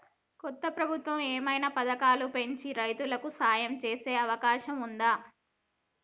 కొత్త ప్రభుత్వం ఏమైనా పథకాలు పెంచి రైతులకు సాయం చేసే అవకాశం ఉందా?